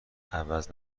عوض